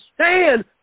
stand